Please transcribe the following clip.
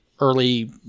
early